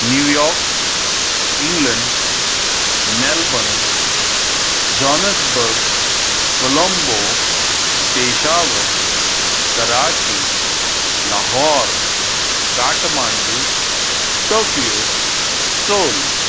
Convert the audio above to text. new York England Melbourne Johannesburg Colombo Peshawar Karachi Lahore Kathmandu Tokyo Seoul